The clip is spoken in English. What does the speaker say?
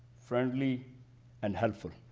friendly and helpful.